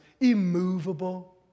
immovable